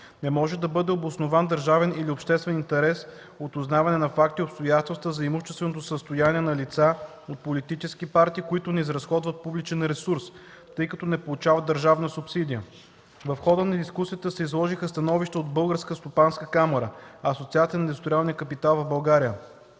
Не може да бъде обоснован държавен или обществен интерес от узнаване на факти и обстоятелства за имущественото състояние на лица от политически партии, които не изразходват публичен ресурс, тъй като не получават държавна субсидия. В хода на дискусията се изложиха становища от Българска стопанска камара, Асоциация на индустриалния капитал в България,